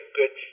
good